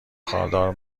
خاردار